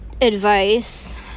advice